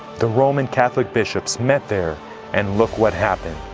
the roman catholic bishops met there and look what happened.